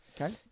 okay